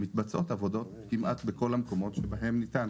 מתבצעות עבודות כמעט בכל המקומות שבהם ניתן,